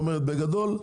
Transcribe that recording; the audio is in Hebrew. בגדול,